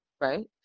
right